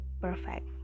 perfect